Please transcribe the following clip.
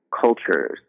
cultures